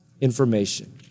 information